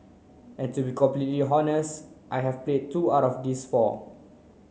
and to be completely I have played two out of these four